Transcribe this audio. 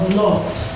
lost